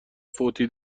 فوتی